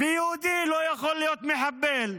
ויהודי לא יכול להיות מחבל.